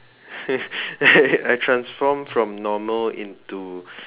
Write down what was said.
I transform from normal into